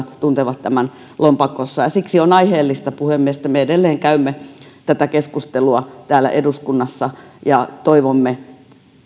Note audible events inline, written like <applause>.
<unintelligible> tuntevat tämän lompakossaan ja siksi on aiheellista puhemies että me edelleen käymme tätä keskustelua täällä eduskunnassa ja toivomme